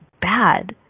bad